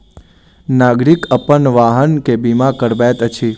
नागरिक अपन वाहन के बीमा करबैत अछि